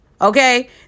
okay